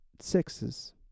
sixes